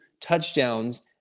touchdowns